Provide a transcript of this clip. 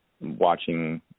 watching